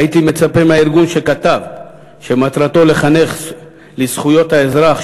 הייתי מצפה מהארגון שכתב שמטרתו לחנך לזכויות האזרח,